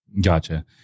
Gotcha